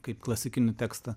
kaip klasikinį tekstą